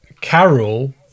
Carol